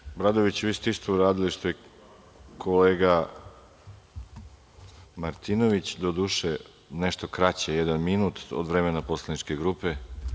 Kolega Obradoviću, vi ste isto uradili što i kolega Martinović, doduše, nešto kraće, jedan minut od vremena poslaničke grupe.